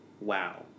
wow